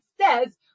says